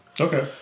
Okay